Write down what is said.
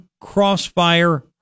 Crossfire